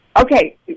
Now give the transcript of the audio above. Okay